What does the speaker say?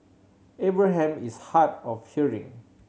Abraham is hard of hearing